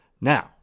Now